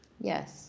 Yes